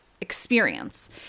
experience